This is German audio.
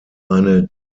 eine